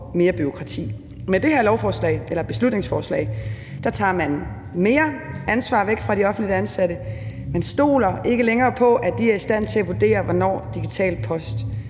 mere bureaukrati. Med det her beslutningsforslag tager man mere ansvar væk fra de offentligt ansatte; man stoler ikke længere på, at de er i stand til at vurdere, hvornår digital post